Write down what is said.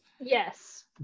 Yes